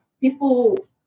people